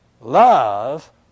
love